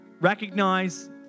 recognize